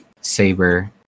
Saber